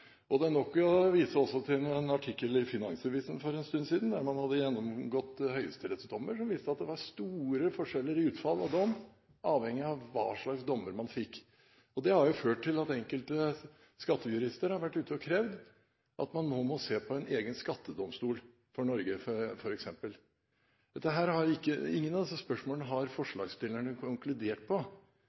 Og det er nok å vise til en artikkel i Finansavisen for en stund siden der man hadde gjennomgått høyesterettsdommer, som viste at det var store forskjeller i utfall av dom, avhengig av hva slags dommer man fikk. Det har ført til at enkelte skattejurister har vært ute og krevd at man nå må se på en egen skattedomstol for Norge, f.eks. Ikke i noen av disse spørsmålene har forslagsstillerne konkludert,